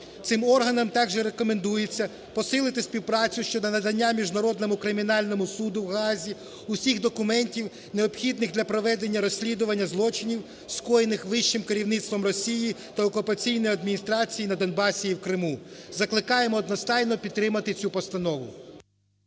Цим органам також рекомендується посилити співпрацю щодо надання Міжнародному кримінальному суду у Гаазі усіх документів, необхідних для проведення злочинів, скоєних вищим керівництвом Росії та окупаційної адміністрації на Донбасі і в Криму. Закликаємо одностайно підтримати цю постанову.